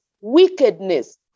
wickedness